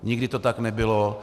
Nikdy to tak nebylo.